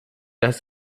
das